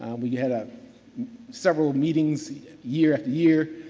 um we had ah several meetings year after year,